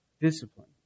Discipline